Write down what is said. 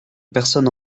personnes